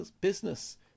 business